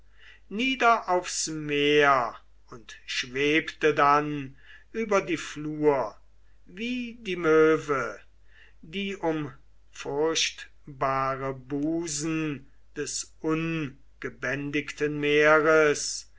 nieder aufs meer und schwebte dann über die flut wie die möwe die um furchtbare busen des ungebändigten meeres